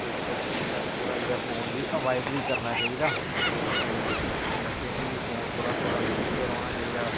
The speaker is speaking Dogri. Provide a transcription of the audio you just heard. इस करियै जेह्ड़ा थोह्ड़ा जेहा फोन गी अवायड बी करना चाहिदा ते बच्चें गी बी फोन कोला थोह्ड़ा दूर गै रौह्ना चाहिदा